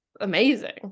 amazing